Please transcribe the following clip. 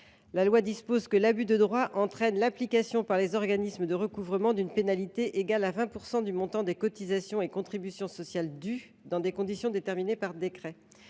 La loi prévoit que l’abus de droit entraîne l’application par les organismes de recouvrement d’une pénalité égale à 20 % du montant des cotisations et contributions sociales dues, dans des conditions déterminées par décret.